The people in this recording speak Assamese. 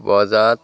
বজাত